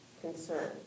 Concern